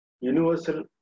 universal